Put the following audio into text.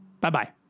Bye-bye